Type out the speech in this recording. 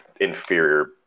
inferior